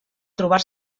trobar